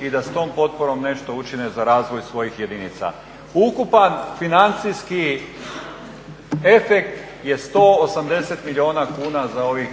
i da s tom potporom nešto učine za razvoj svojih jedinica. Ukupan financijski efekt je 180 milijuna kuna za ovih